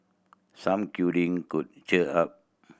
some cuddling could cheer her up